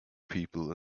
people